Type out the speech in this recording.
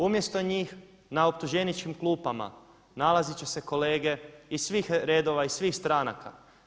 Umjesto njih na optuženičkim klupama nalazit će se kolege iz svih redova iz svih stranaka.